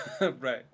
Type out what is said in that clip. right